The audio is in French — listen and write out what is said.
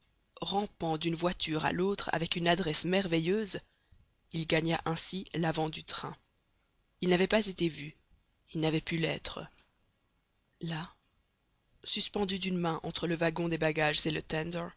rampant d'une voiture à l'autre avec une adresse merveilleuse il gagna ainsi l'avant du train il n'avait pas été vu il n'avait pu l'être là suspendu d'une main entre le wagon des bagages et le